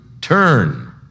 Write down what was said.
turn